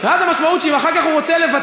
ואז המשמעות היא שאם אחר כך הוא רוצה לבטל,